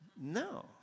No